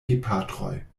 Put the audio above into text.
gepatroj